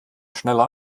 schneller